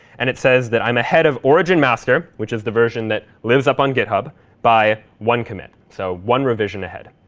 and it says that i'm ahead of origin master, which is the version that lives up on github by one commit. so one revision ahead.